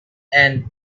and